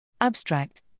Abstract